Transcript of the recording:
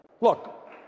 Look